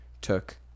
took